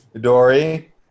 Dory